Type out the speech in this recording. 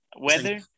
weather